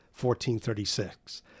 1436